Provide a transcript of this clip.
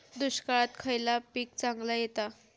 दुष्काळात खयला पीक चांगला येता?